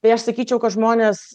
tai aš sakyčiau kad žmonės